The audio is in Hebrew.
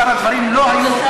וכל שאר הדברים לא היו מותנים,